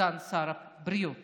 סגן שר הבריאות